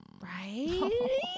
Right